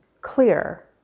clear